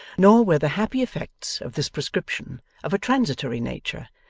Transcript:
nor were the happy effects of this prescription of a transitory nature,